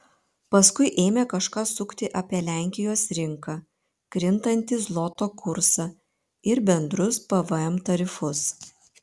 paskui ėmė kažką sukti apie lenkijos rinką krintantį zloto kursą ir bendrus pvm tarifus